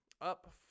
up